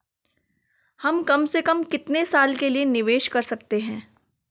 हम कम से कम कितने साल के लिए निवेश कर सकते हैं?